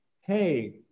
hey